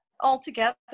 altogether